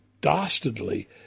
dastardly